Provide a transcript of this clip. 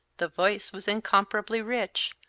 the voice was incomparably rich,